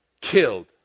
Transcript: killed